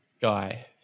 guy